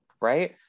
Right